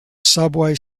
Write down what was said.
subway